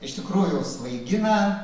iš tikrųjų svaigina